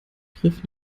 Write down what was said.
griff